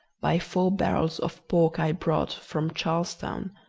by four barrels of pork i brought from charlestown,